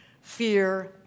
fear